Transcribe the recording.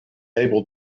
able